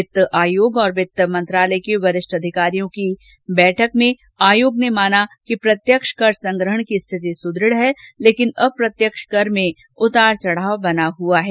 वित्त आयोग और वित्त मंत्रालय के वरिष्ठ अधिकारियों की मौजूदगी में हई बैठक में आयेाग ने माना कि प्रत्यक्ष कर संग्रहण की स्थिति सुद्रढ है लेकिन अप्रतयक्ष कर में उतार चढाव बना हुआ है